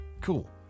cool